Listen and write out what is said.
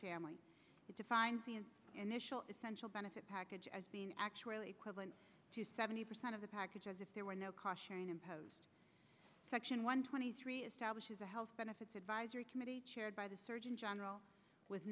family that defines an initial essential benefit package as being actually equivalent to seventy percent of the package as if there were no cost sharing imposed section one twenty three establishes a health benefits advisory committee chaired by the surgeon general with